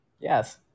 Yes